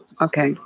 Okay